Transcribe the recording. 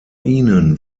ihnen